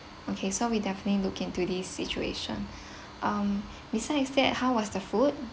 okay so we definitely look into this situation um besides that how was the food